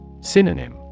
Synonym